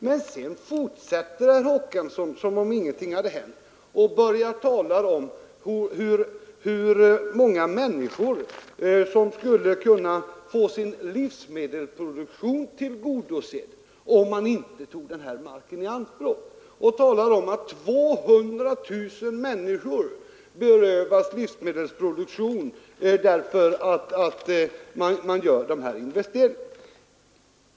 Men sedan fortsätter herr Håkansson som om ingenting hade hänt och talar om hur många människor som skulle kunna få sin livsmedelsproduktion tillgodosedd, om man inte tog denna mark i anspråk. Han talade om att 200 000 människor berövas livsmedelsproduktion, om man gör dessa investeringar.